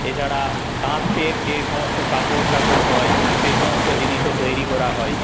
এছাড়া তাঁতের যে সমস্ত কাপড় টাপড় হয় সেইসমস্ত জিনিসও তৈরি করা হয়